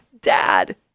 dad